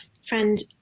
friend